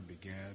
began